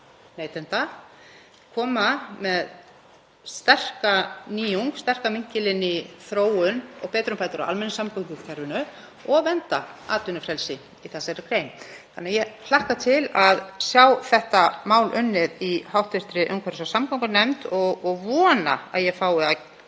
neytenda, koma með sterka nýjung, sterkan vinkil inn í þróun og betrumbætur á almenningssamgöngukerfinu og vernda atvinnufrelsi í þessari grein. Ég hlakka til að sjá þetta mál unnið í hv. umhverfis- og samgöngunefnd og vona að ég fái að